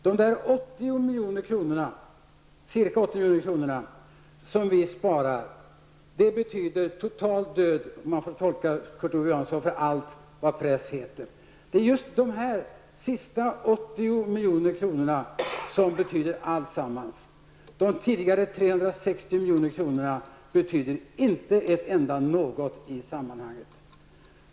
De ca 80 milj.kr. som vi sparar betyder total död för allt vad press heter om man skall tolka Kurt Ove Johansson. Det är just de sista 80 miljonerna som betyder allt. De tidigare 360 miljonerna betyder inte någonting i sammanhanget.